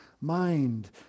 mind